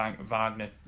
Wagner